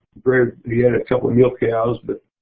yeah couple milk cows but